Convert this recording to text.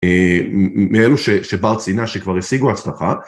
מאלו שבר ציינה שכבר השיגו הצלחה